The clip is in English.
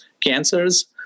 cancers